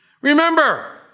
Remember